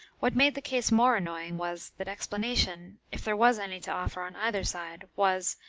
what made the case more annoying was, that explanation, if there was any to offer on either side, was,